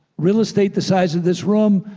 real estate the size of this room,